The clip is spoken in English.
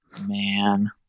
Man